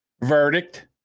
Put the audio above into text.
verdict